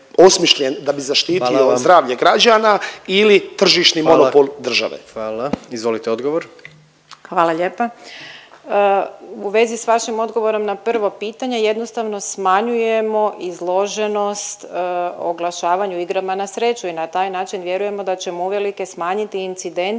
Gordan (HDZ)** Hvala. Izvolite odgovor. **Rogić Lugarić, Tereza** Hvala lijepa. U vezi s vašim odgovorom na prvo pitanje jednostavno smanjujemo izloženost oglašavanju igrama na sreću i na taj način vjerujemo da ćemo uvelike smanjiti incidenciju